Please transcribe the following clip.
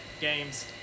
games